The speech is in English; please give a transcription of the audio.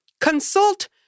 Consult